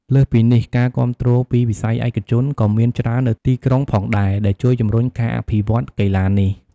លើសពីនេះ ការគាំទ្រពីវិស័យឯកជនក៏មានច្រើននៅទីក្រុងផងដែរ ដែលជួយជំរុញការអភិវឌ្ឍកីឡានេះ។